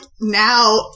now